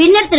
பின்னர் திரு